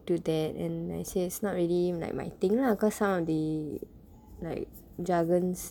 do that and I say it's not really like my thing lah cause some of the like jargons